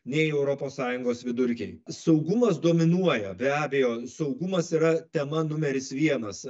nei europos sąjungos vidurkiai saugumas dominuoja be abejo saugumas yra tema numeris vienas